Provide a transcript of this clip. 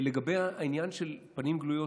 לגבי העניין של פנים גלויות,